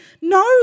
No